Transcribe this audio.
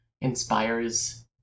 inspires